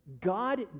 God